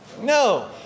No